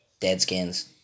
Deadskins